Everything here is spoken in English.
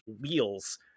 wheels